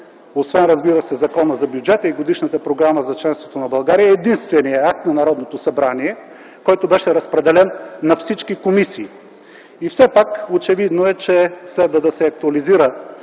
освен Закона за бюджета и Годишната програма за членството на България, е единственият акт на Народното събрание, който беше разпределен на всички комисии. Очевидно е, че трябва да се актуализира